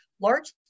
largely